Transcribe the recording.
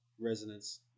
resonance